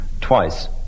Twice